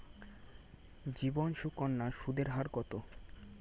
জীবন সুকন্যা সুদের হার কত?